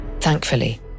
Thankfully